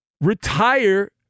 retire